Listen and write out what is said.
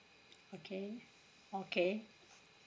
okay okay